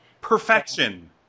Perfection